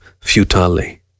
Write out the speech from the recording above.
futilely